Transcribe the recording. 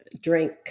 drink